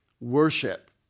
worship